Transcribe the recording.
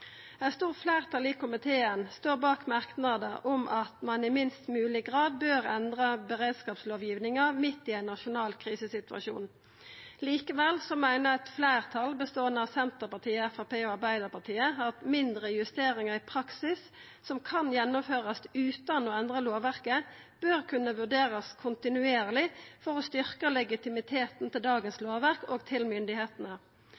Eit stort fleirtal i komiteen står bak merknader om at ein i minst mogleg grad bør endra beredskapslovgivinga midt i ein nasjonal krisesituasjon. Likevel meiner eit fleirtal, som består av Senterpartiet, Framstegspartiet og Arbeidarpartiet, at mindre justeringar som kan gjennomførast utan å endra lovverket, i praksis bør kunne vurderast kontinuerleg for å styrkja legitimiteten til dagens